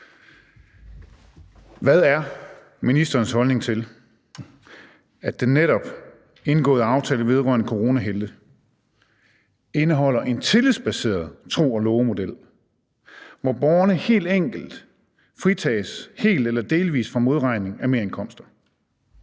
Hvad er ministerens holdning til, at den netop indgåede aftale vedrørende coronahelte indeholder en tillidsbaseret tro og love-model, hvor borgerne helt enkelt fritages helt eller delvis fra modregning af merindkomster,